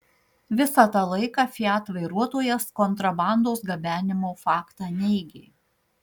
visą tą laiką fiat vairuotojas kontrabandos gabenimo faktą neigė